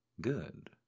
Good